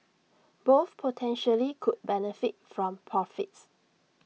both potentially could benefit from profits